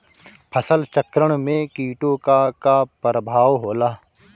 फसल चक्रण में कीटो का का परभाव होला?